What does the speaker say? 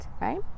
right